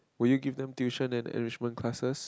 will you give them tuition and enrichment classes